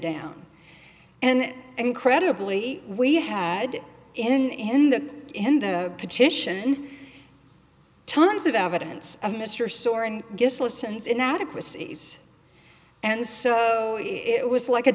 down and incredibly we had in the end a petition tons of evidence of mr sore and just listens inadequacies and so it was like a